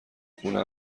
خونه